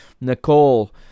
Nicole